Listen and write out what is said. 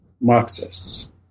Marxists